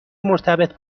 مرتبط